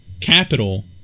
capital